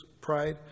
pride